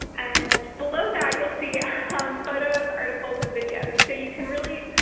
and below that, you'll see photos, articles, and videos. so you can really,